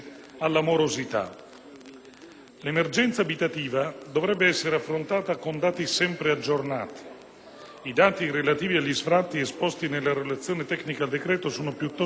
L'emergenza abitativa dovrebbe essere affrontata con dati sempre aggiornati (i dati relativi agli sfratti esposti nella relazione tecnica al decreto sono piuttosto arretrati):